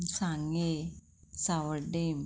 सांगें सावड्डेंम